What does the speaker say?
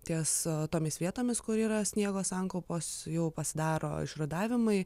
ties tomis vietomis kur yra sniego sankaupos jau pasidaro išrudavimai